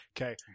Okay